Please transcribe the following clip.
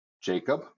Jacob